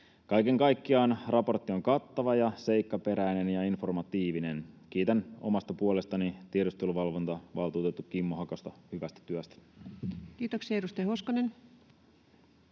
Kaiken kaikkiaan raportti on kattava ja seikkaperäinen ja informatiivinen. Kiitän omasta puolestani tiedusteluvalvontavaltuutettu Kimmo Hakosta hyvästä työstä. Kiitoksia. — Edustaja Hoskonen.